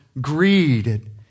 greed